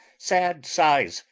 sad sighs,